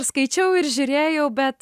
ir skaičiau ir žiūrėjau bet